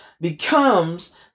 becomes